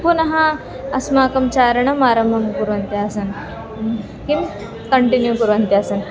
पुनः अस्माकं चारणम् आरम्भं कुर्वन्त्यासं किं कण्टिन्यू कुर्वन्त्यासं